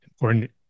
important